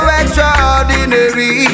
extraordinary